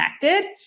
connected